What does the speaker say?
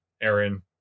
Aaron